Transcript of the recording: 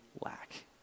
lack